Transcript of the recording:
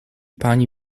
pani